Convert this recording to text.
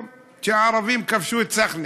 שערבים כבשו את הסחנה.